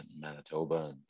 Manitoba